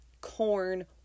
corn